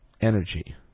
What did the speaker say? energy